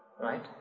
right